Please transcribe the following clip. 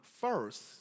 first